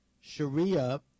Sharia